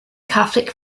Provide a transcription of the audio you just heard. catholic